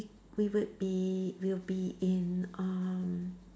we would be we'll be in um